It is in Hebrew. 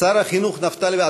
שר החינוך נפתלי בנט,